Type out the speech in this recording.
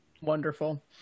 Wonderful